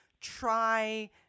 try